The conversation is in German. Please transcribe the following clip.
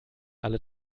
alle